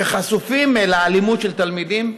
שחשופים לאלימות של תלמידים,